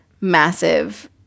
massive